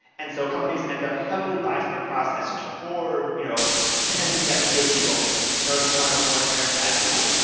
and so companies end up heavily biased in their process toward you know potentially rejecting people in order to try to avoid hiring bad people.